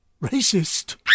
racist